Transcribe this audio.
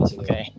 okay